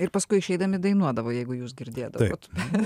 ir paskui išeidami dainuodavo jeigu jūs girdėdavot